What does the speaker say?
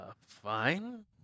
fine